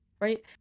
right